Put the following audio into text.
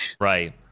Right